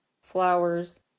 flowers